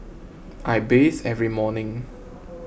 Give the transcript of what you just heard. I bathe every morning